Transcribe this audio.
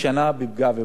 הנושא הזה צריך טיפול,